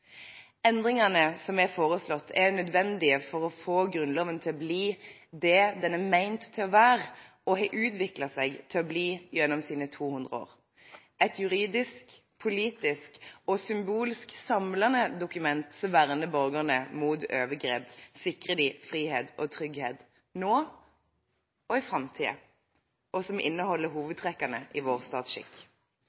Endringene som er foreslått, er nødvendige for å få Grunnloven til å bli det den er ment å være og har utviklet seg til å bli gjennom sine 200 år: et juridisk, politisk og symbolsk samlende dokument som verner borgerne mot overgrep, sikrer dem frihet og trygghet nå og i framtiden, og som inneholder